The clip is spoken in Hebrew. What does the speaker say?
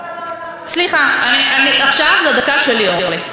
לא, לא, לא, לא, סליחה, עכשיו זו הדקה שלי, אורלי.